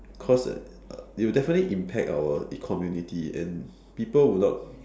cause a uh it'll definitely impact our community and people will not